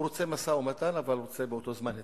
הוא רוצה משא-ומתן, אבל רוצה באותו זמן התנחלויות,